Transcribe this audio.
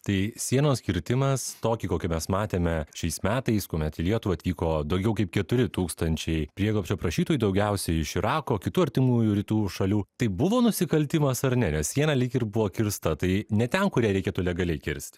tai sienos kirtimas tokį kokį mes matėme šiais metais kuomet į lietuvą atvyko daugiau kaip keturi tūkstančiai prieglobsčio prašytojų daugiausiai iš irako kitų artimųjų rytų šalių tai buvo nusikaltimas ar ne nes siena lyg ir buvo kirsta tai ne ten kur ją reikėtų legaliai kirst